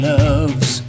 loves